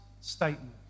statement